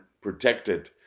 protected